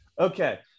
Okay